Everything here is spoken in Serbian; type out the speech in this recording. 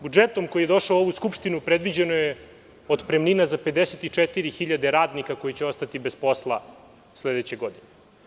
Budžetom koji je došao u Skupštinu, predviđena je otpremnina za 54.000 radnika koji će ostati bez posla sledeće godine.